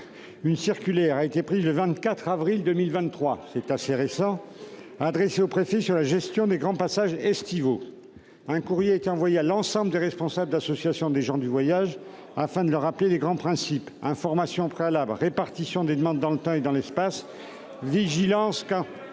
Enfin, assez récemment, le 24 avril 2023, une circulaire adressée aux préfets a été prise sur la gestion des grands passages estivaux. Un courrier a été envoyé à l'ensemble des responsables d'associations des gens du voyage afin de leur rappeler les grands principes : information préalable, répartition des demandes dans le temps et dans l'espace, et vigilance